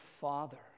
father